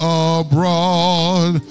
abroad